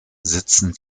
sitzen